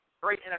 Great